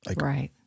Right